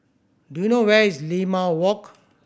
do you know where is Limau Walk